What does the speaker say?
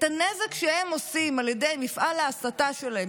את הנזק שהם עושים על ידי מפעל ההסתה שלהם,